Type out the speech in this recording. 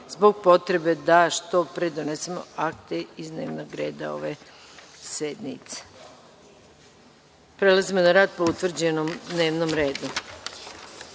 zbog potrebe da što pre donesemo akte iz dnevnog reda ove sednice. Prelazimo na rad po utvrđenom dnevnom redu. Prva